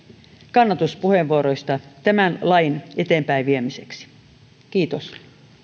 kannatuspuheenvuoroista tämän lain eteenpäinviemiseksi kiitos